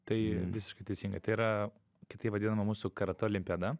tai visiškai teisingai tai yra kitaip vadinama mūsų karatė olimpiada